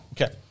Okay